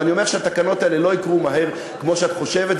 ואני אומר שהתקנות האלה לא יהיו מהר כמו שאת חושבת,